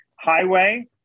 highway